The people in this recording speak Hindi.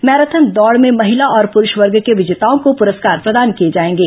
मैराथन दौड़ में महिला और पुरूष वर्ग के विजेताओं को पुरस्कार प्रदान किए जाएंगे